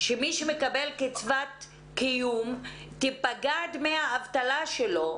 שמי שמקבל קצבת קיום ייפגעו דמי האבטלה שלו.